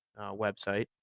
website